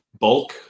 bulk